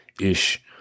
ish